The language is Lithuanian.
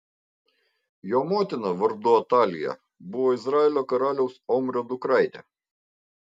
jo motina vardu atalija buvo izraelio karaliaus omrio dukraitė